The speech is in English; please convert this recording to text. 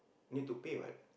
need to pay what